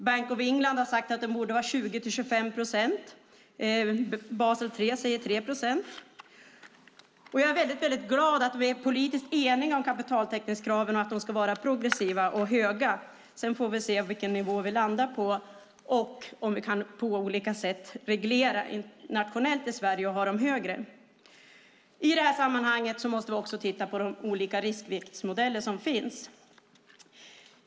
Bank of England har sagt att den borde vara 20-25 procent. Basel III säger 3 procent. Jag är väldigt glad över vi är politiskt eniga om att kapitaltäckningskraven ska vara progressiva och höga. Sedan får vi se vilken nivå vi landar på och om vi på olika sätt kan reglera nationellt i Sverige och ha högre krav. I det här sammanhanget måste vi också titta på de olika riskviktsmodeller som finns.